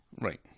Right